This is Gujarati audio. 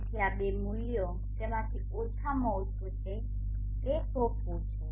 તેથી આ બે મૂલ્યો તેમાંથી ઓછામાં ઓછું તે છે જે સોંપવું છે